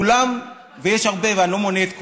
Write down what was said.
כולם, ויש הרבה, ואני לא מונה את כולם,